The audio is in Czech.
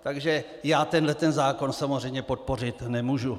Takže já tenhle zákon samozřejmě podpořit nemůžu.